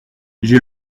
j’ai